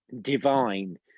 divine